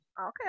okay